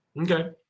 Okay